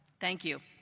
thank you.